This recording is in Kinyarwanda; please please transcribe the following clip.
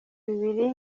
bibiri